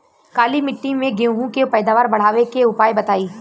काली मिट्टी में गेहूँ के पैदावार बढ़ावे के उपाय बताई?